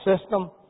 system